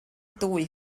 dwy